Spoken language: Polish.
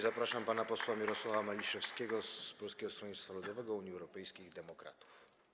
Zapraszam pana posła Mirosława Maliszewskiego z Polskiego Stronnictwa Ludowego - Unii Europejskich Demokratów.